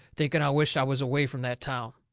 thinking i wisht i was away from that town.